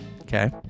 okay